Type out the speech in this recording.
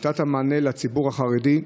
נתת מענה לציבור החרדי,